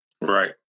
Right